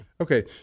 Okay